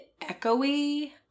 echoey